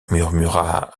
murmura